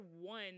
one